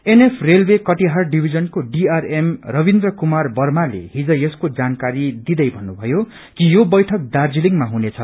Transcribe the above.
एनएु railway Katihar डिविजनको DRM Ravindra Kumar वर्माले हिज यसको जानकारी दिंदै भन्नुभयो कि यो बैठक दार्जीलिङमा हुनेछ